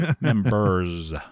Members